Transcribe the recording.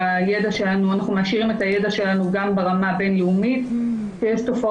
אנחנו מעשירים את הידע שלנו גם ברמה הבינלאומית ואנחנו